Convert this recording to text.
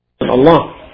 Allah